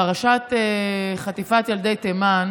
פרשת חטיפת ילדי תימן